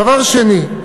דבר שני,